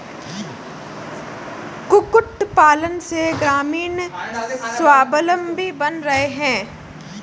कुक्कुट पालन से ग्रामीण स्वाबलम्बी बन रहे हैं